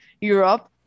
Europe